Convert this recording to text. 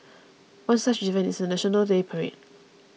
one such event is the National Day parade